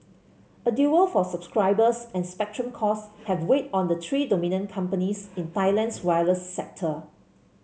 a duel for subscribers and spectrum costs have weighed on the three dominant companies in Thailand's wireless sector